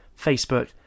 Facebook